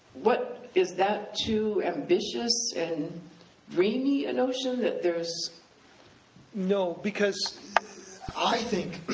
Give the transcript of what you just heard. but is that too ambitious and dreamy a notion, that there's no, because i think,